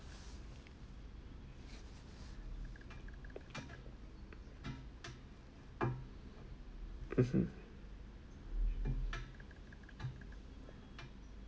mmhmm